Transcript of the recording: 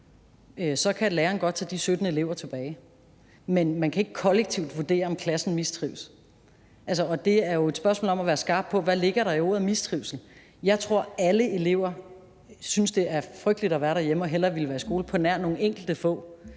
så kan læreren godt tage de 17 elever tilbage. Men man kan ikke kollektivt vurdere, om klassen mistrives. Og det er jo et spørgsmål om at være skarp på, hvad der ligger i ordet mistrivsel. Jeg tror, at alle elever synes, det er frygteligt at være derhjemme, og hellere ville være i skole, på nær nogle enkelte få.